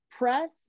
Press